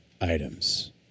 items